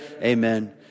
Amen